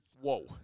Whoa